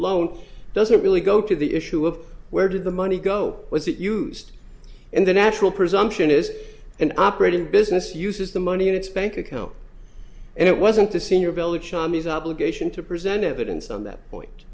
loan doesn't really go to the issue of where did the money go was it used and the natural presumption is an operating business uses the money in its bank account and it wasn't the senior village charm his obligation to present evidence on that point